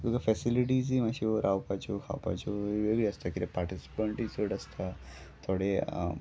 तुज्यो फॅसिलिटीजूय मातश्यो रावपाच्यो खावपाच्यो वेगळी आसता कितें पार्टिसिपंटूय चड आसता थोडे